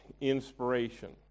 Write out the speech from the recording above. inspiration